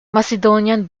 macedonian